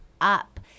up